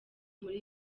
muri